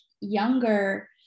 younger